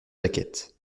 plaquette